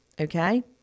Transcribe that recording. Okay